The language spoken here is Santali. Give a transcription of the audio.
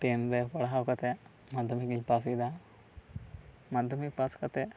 ᱴᱮᱱ ᱨᱮ ᱯᱟᱲᱦᱟᱣ ᱠᱟᱛᱮ ᱢᱟᱫᱽᱫᱷᱚᱢᱤᱠᱤᱧ ᱯᱟᱥ ᱠᱮᱫᱟ ᱢᱟᱫᱽᱫᱷᱚᱢᱤᱠ ᱯᱟᱥ ᱠᱟᱛᱮᱫ